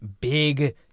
big